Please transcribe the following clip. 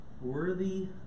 worthy